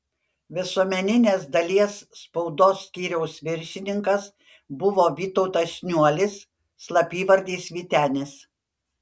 visuomeninės dalies spaudos skyriaus viršininkas buvo vytautas šniuolis slapyvardis vytenis